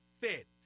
fit